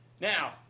Now